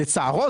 לצערו,